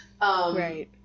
Right